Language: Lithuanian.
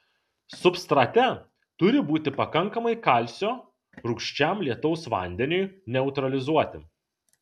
substrate turi būti pakankamai kalcio rūgščiam lietaus vandeniui neutralizuoti